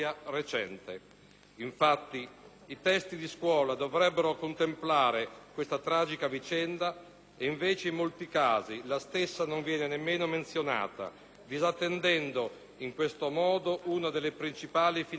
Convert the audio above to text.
Infatti, i testi di scuola dovrebbero contemplare questa tragica vicenda e, invece, in molti casi la stessa non viene nemmeno menzionata, disattendendo in questo modo una delle principali finalità della legge.